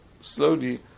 slowly